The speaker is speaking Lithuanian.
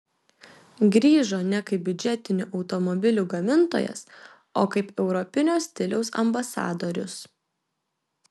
grįžo ne kaip biudžetinių automobilių gamintojas o kaip europinio stiliaus ambasadorius